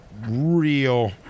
real